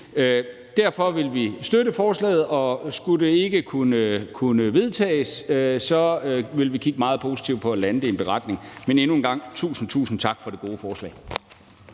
Derfor vil vi støtte forslaget, og skulle det ikke kunne vedtages, vil vi kigge meget positivt på at lande det i en beretning. Men endnu en gang tusind, tusind tak for det gode forslag.